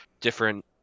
different